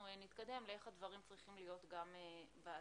נתקדם לאיך הדברים צריכים להיות גם בעתיד.